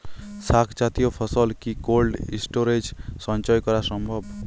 শাক জাতীয় ফসল কি কোল্ড স্টোরেজে সঞ্চয় করা সম্ভব?